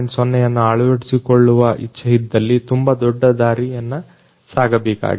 0ಯನ್ನ ಅಳವಡಿಸಿಕೊಳ್ಳುವ ಇಚ್ಛೆಯಿದ್ದಲ್ಲಿ ತುಂಬಾ ದೊಡ್ಡ ದಾರಿಯನ್ನ ಸಾಗಬೇಕಿದೆ